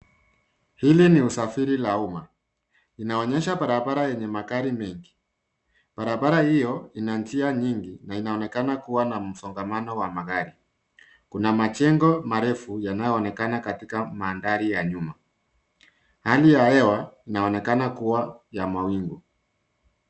Hili ni usafiri la umma, linaonyesha barabara yenye magari mengi. Barabara hiyo, ina njia nyingi, na inaonekana kuwa na msongamano wa magari. Kuna majengo marefu, yanayoonekana katika mandhari ya nyuma. Hali ya hewa, inaonekana kuwa ya mawingu.